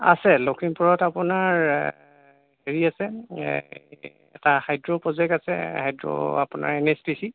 আছে লখিমপুৰত আপোনাৰ হেৰি আছে এটা হাইদ্ৰ' প্ৰজেক্ট আছে হাইদ্ৰ' আপোনাৰ এন এছ পি চি